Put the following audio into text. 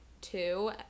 two